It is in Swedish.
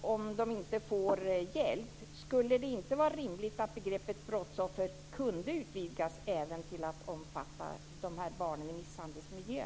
om de inte får hjälp. Skulle det inte vara rimligt att begreppet brottsoffer kunde utvidgas till att även omfatta dessa barn i misshandelsmiljöer?